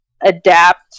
adapt